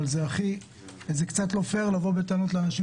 אבל זה קצת לא פייר לבוא בטענות לאנשים